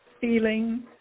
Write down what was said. feeling